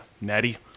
Natty